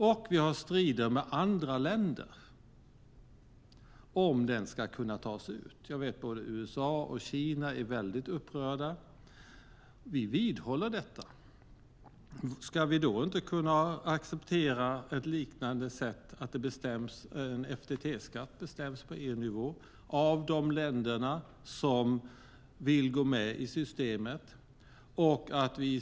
Samtidigt strider andra länder om hur rätterna ska tas ut. Jag vet att både USA och Kina är upprörda. Vi vidhåller detta. Kan vi då inte acceptera att FTT-skatt bestäms på EU-nivå av de länder som vill gå med i systemet?